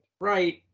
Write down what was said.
Right